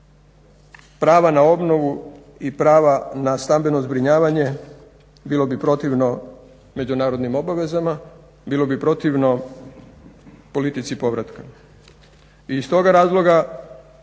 prava na obnovu i prava na stambeno zbrinjavanje bilo bi protivno međunarodnim obavezama, bilo bi protivno politici povratka. I iz toga razloga